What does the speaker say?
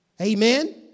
Amen